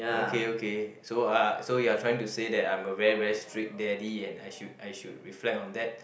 okay okay so uh so you're trying to say that I'm a very very strict daddy and I should I should reflect on that